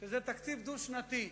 שזה תקציב דו-שנתי.